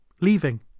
Leaving